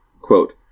Quote